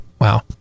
Wow